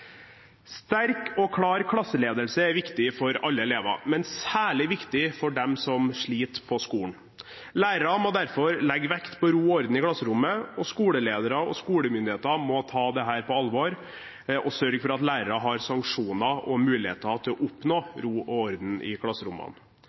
Sterk og klar klasseledelse er viktig for alle elever, men særlig viktig for dem som sliter på skolen. Lærere må derfor legge vekt på ro og orden i klasserommet, og skoleledere og skolemyndigheter må ta dette på alvor og sørge for at lærere har sanksjoner og muligheter til å oppnå ro og orden i klasserommene.